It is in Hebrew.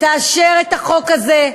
תאשר את החוק הזה.